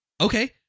Okay